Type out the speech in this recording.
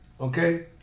Okay